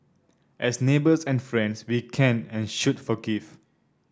as neighbours and friends we can and should forgive